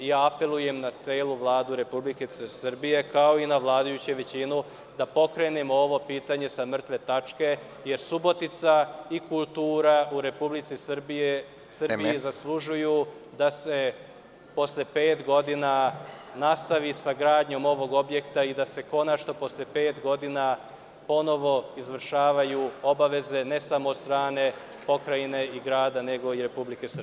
Ja apelujem na celu Vladu Srbije, kao i na vladajuću većinu, da pokrenemo ovo pitanje sa mrtve tačke, jer Subotica i kultura u Republici Srbiji zaslužuju da se posle pet godina nastavi sa gradnjom ovog objekta i da se konačno posle pet godina izvršavaju obaveze ne samo od strane pokrajine i grada, nego i Republike Srbije.